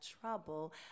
trouble